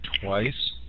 twice